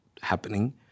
happening